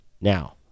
Now